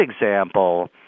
example